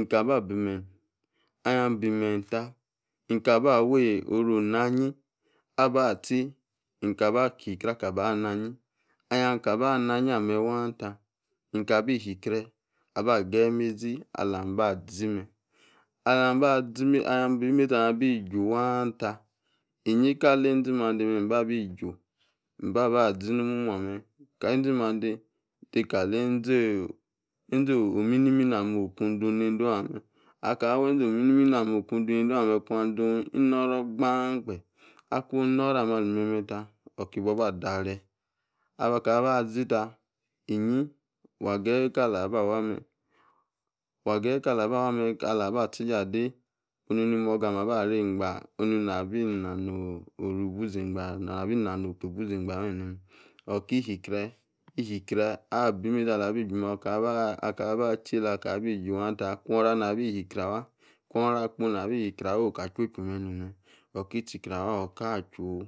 mkaba bi me̱yi. Aha bi me̱nyi ta, inka ba awa oro naa anyi aba chi inka oro naa anyi aba chi, inka ba bi yegre akaba na anyi. Ahun akaba ana anyi ame waa ta bi yegre aba ba ge̱yi mezi alami abazi me̱. kali enzi mande ba bi ju abazi nomomu ame, enzi mande de kali. akaba azi ta wa geye ni ka laba wa me akun ora akpo nabi yegre awa o̱ka chu yiwu.